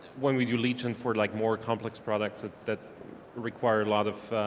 when we do legion for like more complex products that require a lot of